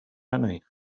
many